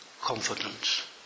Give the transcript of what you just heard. confidence